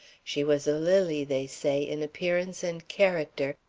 she was a lily, they say, in appearance and character,